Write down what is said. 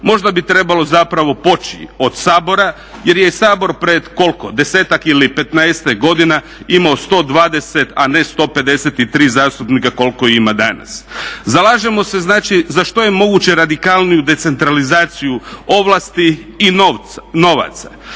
Možda bi trebalo zapravo poći od Sabora, jer je Sabor pred koliko desetak ili petnaestak godina imao 120, a ne 153 zastupnika koliko ima danas. Zalažemo se znači za što je moguće radikalniju decentralizaciju ovlasti i novaca.